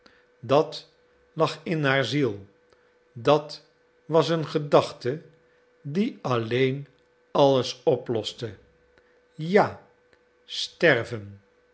dat lag in haar ziel dat was een gedachte die alleen alles oploste ja sterven